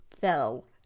fell